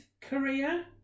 Korea